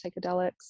psychedelics